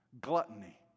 Gluttony